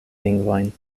lingvojn